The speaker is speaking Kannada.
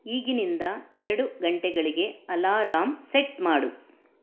ಈಗಿನಿಂದ ಎರಡು ಗಂಟೆಗಳಿಗೆ ಅಲಾರಂ ಸೆಟ್ ಮಾಡು